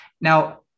Now